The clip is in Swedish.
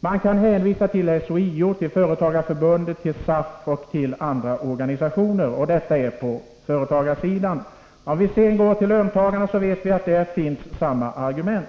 Man hänvisar till SHIO, Företagarförbundet, SAF och andra organisationer på företagarsidan. Även på löntagarsidan finns samma argument.